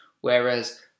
whereas